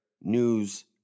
news